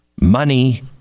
money